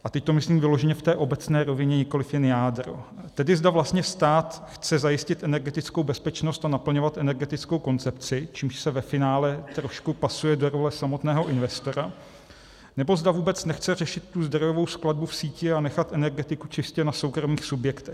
A teď to myslím vyloženě v té obecné rovině, nikoli jen jádro, tedy zda vlastně stát chce zajistit energetickou bezpečnost a naplňovat energetickou koncepci, čímž se ve finále trošku pasuje do role samotného investora, nebo zda vůbec nechce řešit tu zdrojovou skladbu v síti a nechat energetiku čistě na soukromých subjektech.